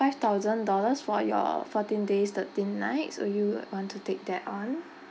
five thousand dollars for your fourteen days thirteen nights so do you want to take that on